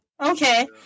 Okay